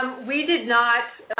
we did not.